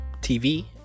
TV